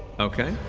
okay.